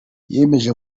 yemeje